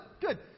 good